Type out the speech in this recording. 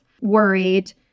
worried